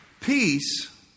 peace